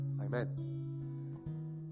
Amen